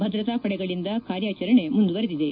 ಭದ್ರತಾಪಡೆಗಳಿಂದ ಕಾರ್ಯಾಚರಣೆ ಮುಂದುವರೆದಿದೆ